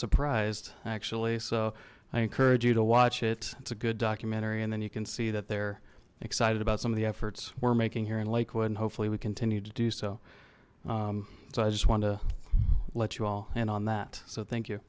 surprised actually so i encourage you to watch it it's a good documentary and then you can see that they're excited about some of the efforts we're making here in lakewood and hopefully we continue to do so so i just wanted to let you all in on that so thank you